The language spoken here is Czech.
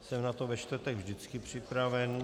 Jsem na to ve čtvrtek vždycky připraven.